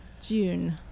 June